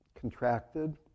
contracted